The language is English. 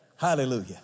Hallelujah